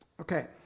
Okay